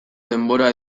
denbora